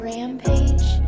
Rampage